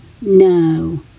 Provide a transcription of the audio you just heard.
no